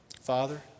Father